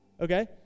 okay